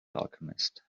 alchemist